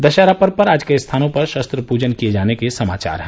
दशहरा पर्व पर आज कई स्थानों पर शस्त्र पूजन किए जाने के समाचार हैं